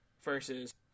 versus